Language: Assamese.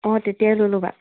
অঁ তেতিয়াই লৈ লোৱা